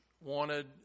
wanted